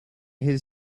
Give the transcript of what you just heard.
his